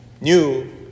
New